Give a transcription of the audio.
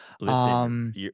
Listen